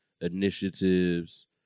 initiatives